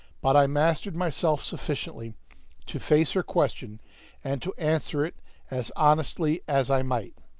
but i mastered myself sufficiently to face her question and to answer it as honestly as i might.